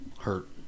hurt